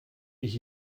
ich